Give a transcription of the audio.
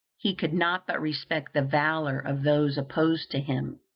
he could not but respect the valor of those opposed to him.